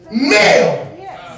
male